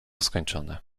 skończone